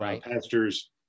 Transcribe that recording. Pastors